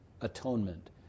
atonement